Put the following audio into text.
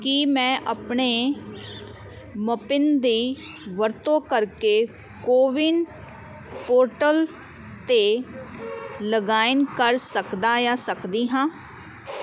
ਕੀ ਮੈਂ ਆਪਣੇ ਮਪਿਨ ਦੀ ਵਰਤੋਂ ਕਰਕੇ ਕੋਵਿਨ ਪੋਰਟਲ 'ਤੇ ਲਾਗਇਨ ਕਰ ਸਕਦਾ ਜਾਂ ਸਕਦੀ ਹਾਂ